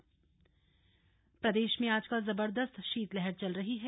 मौसम प्रदेश में आजकल जबरदस्त शीतलहर चल रही है